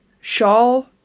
shawl